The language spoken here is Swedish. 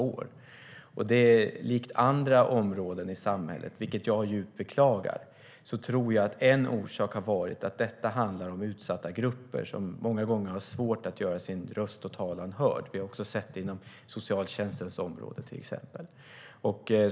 Liksom på andra områden i samhället, vilket jag djupt beklagar, tror jag att en orsak har varit att det handlar om utsatta grupper som många gånger har svårt att göra sin röst hörd. Vi har också sett det inom socialtjänstens område, till exempel.